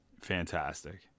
fantastic